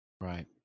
Right